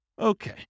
Okay